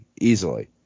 easily